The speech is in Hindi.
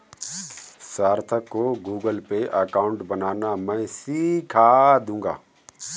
सार्थक को गूगलपे अकाउंट बनाना मैं सीखा दूंगा